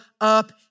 up